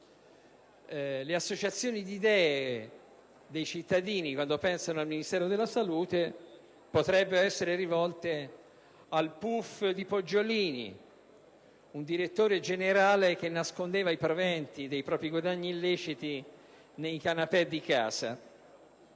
per associazione di idee i cittadini quando pensano al Ministero della salute rievocano il pouf di Poggiolini, un direttore generale che nascondeva i proventi dei propri guadagni illeciti nei canapè di casa.